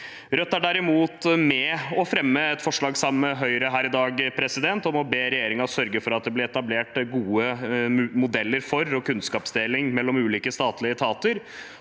Rødt fremmer likevel et forslag sammen med Høyre her i dag om å be regjeringen sørge for at det blir etablert gode modeller for og kunnskapsdeling mellom ulike statlige etater